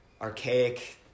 archaic